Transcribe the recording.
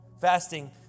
Fasting